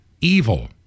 evil